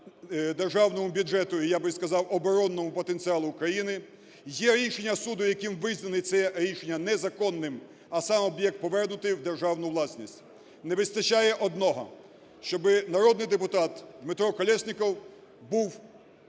державному бюджету і, я би сказав, оборонному потенціалу України, є рішення суду, яким визнано це рішення незаконним, а сам об'єкт повернутий в державну власність. Не вистачає одного: щоби народний депутат Дмитро Колєсніков був